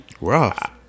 rough